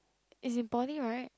is in poly right